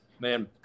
man